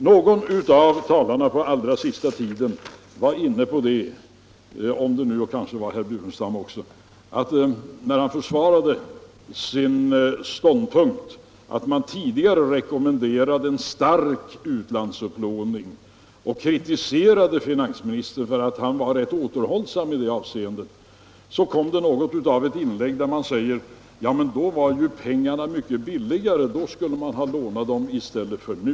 Någon av de senaste talarna — kanske var det också herr Burenstam Linder — försvarade det faktum att man tidigare rekommenderat en stark utlandsupplåning och kritiserat finansministern för att han var rätt återhållsam i det avseendet. Han motiverade det med att pengarna då var mycket billigare. Man skulle ha lånat dem då i stället för nu.